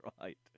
right